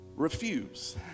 Refuse